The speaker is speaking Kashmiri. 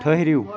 ٹھٔہرِو